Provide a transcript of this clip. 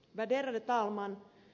värderade talman